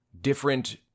different